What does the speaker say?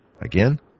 Again